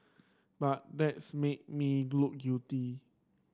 but that's make me look guilty